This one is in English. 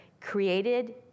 created